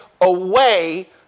away